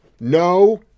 No